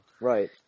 Right